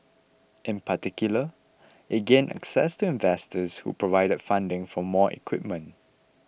in particular it gained access to investors who provided funding for more equipment